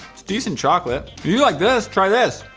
it's decent chocolate. do you like this try this?